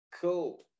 Cool